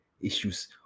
issues